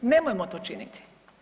Nemojmo to činiti.